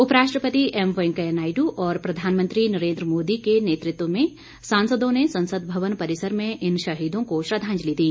उपराष्ट्रपति एम वेंकैया नायडू और प्रधानमंत्री नरेन्द्र मोदी के नेतृत्व में सांसदों ने संसद भवन परिसर में इन शहीदों को श्रद्वांजलि दी